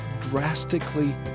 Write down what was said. drastically